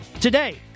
today